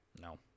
No